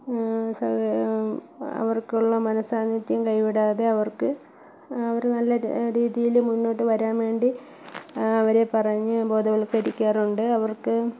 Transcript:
സഹ അവർക്കുള്ള മനസാന്നിധ്യം കൈവിടാതെ അവർക്ക് അവര് നല്ല രീതിയില് മുന്നോട്ട് വരാന് വേണ്ടി അവരെ പറഞ്ഞ് ബോധവൽക്കരിക്കാറുണ്ട് അവർക്ക്